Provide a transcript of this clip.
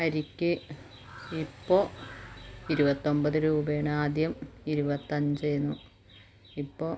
അരിക്ക് ഇപ്പോൾ ഇരുപത്തൊമ്പത് രൂപയാണ് ആദ്യം ഇരുപത്തഞ്ചായിന്നു ഇപ്പോൾ